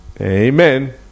Amen